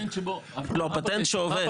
לא, פטנט שעובד.